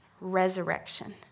resurrection